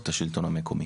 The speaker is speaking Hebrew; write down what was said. את השלטון המקומי.